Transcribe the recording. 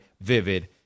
Vivid